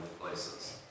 places